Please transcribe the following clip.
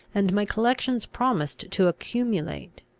and my collections promised to accumulate.